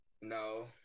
No